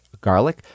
garlic